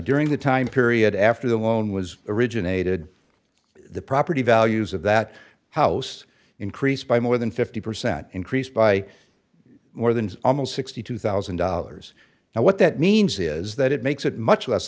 during the time period after the loan was originated the property values of that house increased by more than fifty percent increase by more than almost sixty two thousand dollars and what that means is that it makes it much less